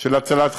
של הצלת חיים.